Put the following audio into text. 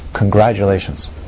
Congratulations